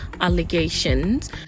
allegations